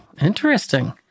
interesting